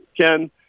Ken